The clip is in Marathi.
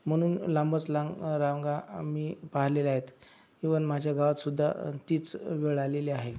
म्हणून लांबच लांब रांगा मी पाहिलेल्या आहेत इवन माझ्या गावातसुद्धा तीच वेळ आलेली आहे